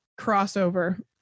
crossover